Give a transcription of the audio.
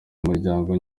umuryango